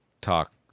talk